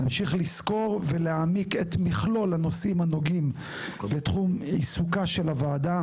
נמשיך לסקור ולהעמיק את מכלול הנושאים הנוגעים בתחום עיסוקה של הוועדה,